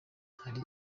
hari